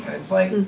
it's like,